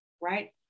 right